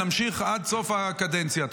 נמשיך עד סוף הקדנציה.